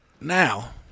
Now